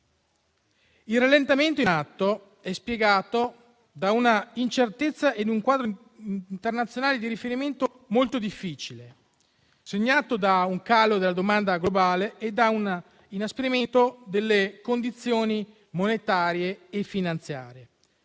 Il rallentamento in atto è spiegato da una incertezza e da un quadro internazionale di riferimento molto difficile, segnato da un calo della domanda globale e da un inasprimento delle condizioni monetarie e finanziarie.